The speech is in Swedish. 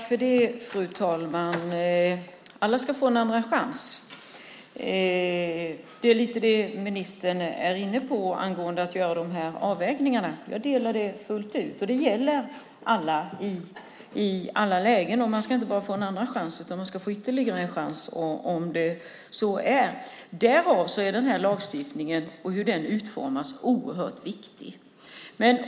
Fru talman! Alla ska få en andra chans. Det är lite grann det ministern är inne på vad gäller avvägningarna. Jag delar den åsikten fullt ut. Det gäller alla och i alla lägen. Man ska dessutom inte bara få en andra chans utan ytterligare en chans. Därför är lagstiftningen, och hur den utformas, oerhört viktig.